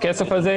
הכסף הזה,